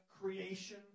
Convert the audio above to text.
creation